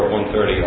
1.30